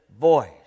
voice